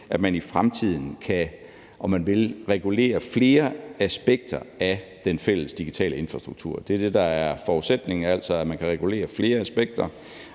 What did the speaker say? at man i fremtiden kan regulere flere aspekter af den fælles digitale infrastruktur. Det er det, der er forudsætningen, altså at man kan regulere flere aspekter,